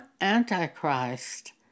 Antichrist